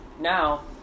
Now